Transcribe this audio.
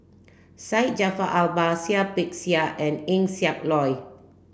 Syed Jaafar Albar Seah Peck Seah and Eng Siak Loy